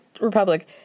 Republic